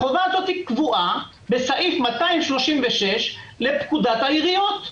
החובה הזאת קבועה בסעיף 236 לפקודת העיריות.